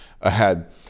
ahead